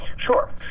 Sure